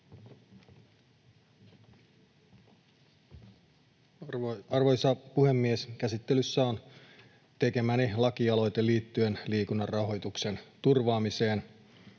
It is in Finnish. Arvoisa puhemies! Käsittelyssä on tekemäni lakialoite liittyen liikunnan rahoituksen turvaamiseen.